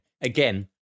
again